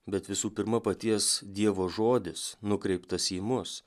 bet visų pirma paties dievo žodis nukreiptas į mus